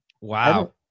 Wow